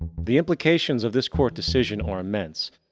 the implications of this court decision are immense.